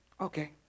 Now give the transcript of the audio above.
Okay